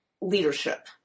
leadership